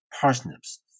Parsnips